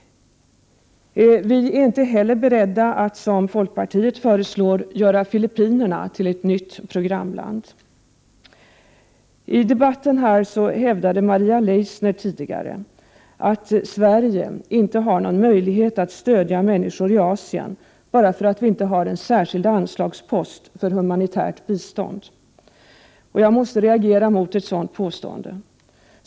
Vi är heller inte beredda att — som folkpartiet förslår — göra Filippinerna till ett nytt programland. Maria Leissner hävdade här tidigare att Sverige inte har någon möjlighet att stödja människor i Asien på grund av att det inte finns någon särskild anslagspost för humanitärt bistånd. Jag måste reagera över ett sådant påstående.